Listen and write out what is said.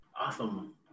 Awesome